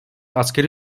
asgari